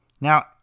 Now